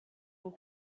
and